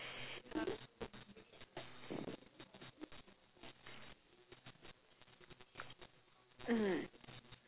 mm